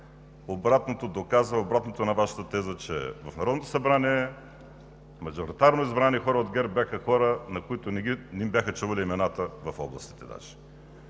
Марков, доказва обратното на Вашата теза, че в Народното събрание мажоритарно избрани от ГЕРБ бяха хора, на които даже не им бяха чували имената в областите.